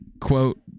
quote